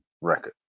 record